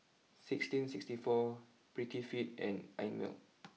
sixteen sixty four Prettyfit and Einmilk